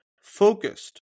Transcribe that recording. focused